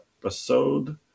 episode